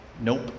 nope